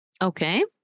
Okay